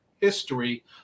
history